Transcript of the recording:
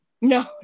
no